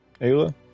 Ayla